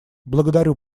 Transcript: благодарю